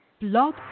blog